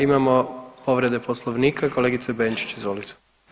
Imamo povrede Poslovnika, kolegice Benčić, izvolite.